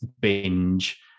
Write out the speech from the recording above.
Binge